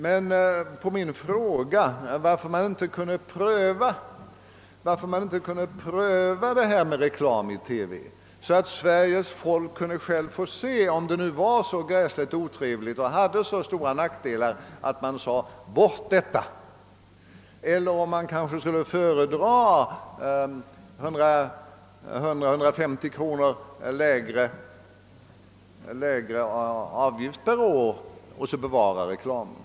Jag frågade varför vi inte kunde pröva reklam i TV så att Sveriges folk kunde se om det var så otrevligt och medförde så stora nackdelar att man sade »Bort det!» eller om man kanske skulle föredra 100—150 kronor lägre avgift per år och bevara reklamen.